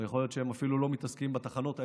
יכול להיות שהם אפילו לא מתעסקים בתחנות האלה,